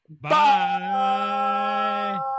Bye